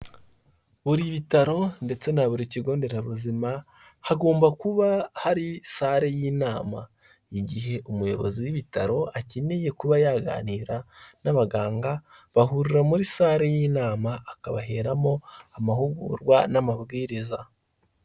Buri bitaro ndetse na buri kigo nderabuzima hagomba kuba hari sale y'inama, igihe umuyobozi w'ibitaro akeneye kuba yaganira n'abaganga, bahurira muri sale y'inama akabaheramo amahugurwa n'amabwiriza.